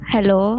Hello